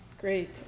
great